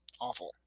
awful